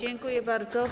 Dziękuję bardzo.